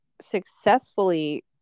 successfully